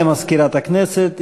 תודה למזכירת הכנסת.